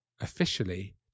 officially